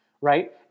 right